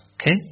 Okay